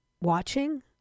watching